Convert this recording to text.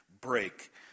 break